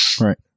Right